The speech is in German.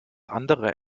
andere